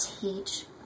teach